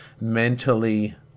mentally